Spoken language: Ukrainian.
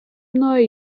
мною